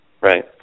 Right